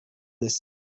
this